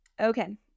Okay